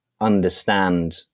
understand